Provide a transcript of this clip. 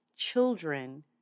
children